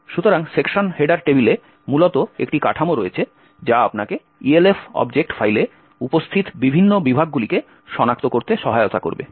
সুতরাং section header টেবিলে মূলত একটি কাঠামো রয়েছে যা আপনাকে ELF অবজেক্ট ফাইলে উপস্থিত বিভিন্ন বিভাগগুলিকে সনাক্ত করতে সহায়তা করবে